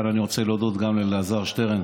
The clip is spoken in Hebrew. אני רוצה להודות גם לאלעזר שטרן,